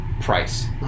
price